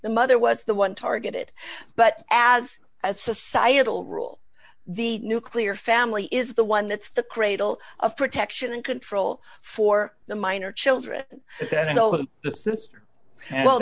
the mother was the one targeted but as a societal rule the nuclear family is the one that's the cradle of protection and control for the minor children the sister